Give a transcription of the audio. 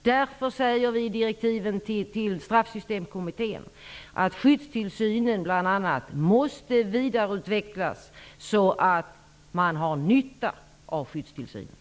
Därför säger vi i direktiven till Straffsystemkommittén att bl.a. skyddstillsynen måste vidareutvecklas så att man har nytta av skyddstillsynen.